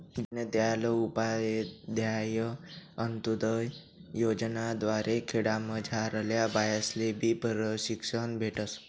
दीनदयाल उपाध्याय अंतोदय योजना द्वारे खेडामझारल्या बायास्लेबी प्रशिक्षण भेटस